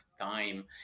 time